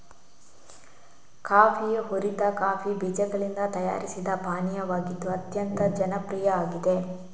ಕಾಫಿಯು ಹುರಿದ ಕಾಫಿ ಬೀಜಗಳಿಂದ ತಯಾರಿಸಿದ ಪಾನೀಯವಾಗಿದ್ದು ಅತ್ಯಂತ ಜನಪ್ರಿಯ ಆಗಿದೆ